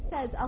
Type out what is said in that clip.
says